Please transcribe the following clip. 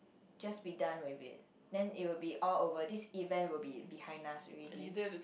just be done with it then it will be all over this event will be behind us already